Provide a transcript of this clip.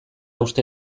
uste